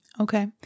Okay